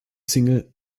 single